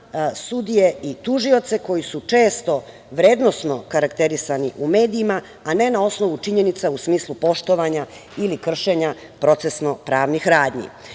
sudije i tužioce koji su često vrednosno karakterisani u medijima a ne na osnovu činjenica u smislu poštovanja ili kršenja procesno-pravnih radnji. Verujem